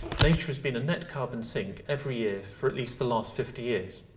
nature has been a net carbon sink every year, for at least the last fifty years.